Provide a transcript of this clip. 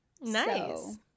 nice